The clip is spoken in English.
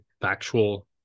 factual